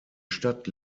stadt